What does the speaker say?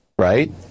Right